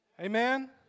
Amen